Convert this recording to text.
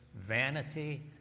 vanity